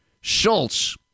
Schultz